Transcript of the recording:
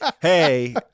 hey